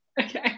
okay